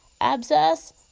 Abscess